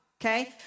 Okay